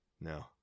no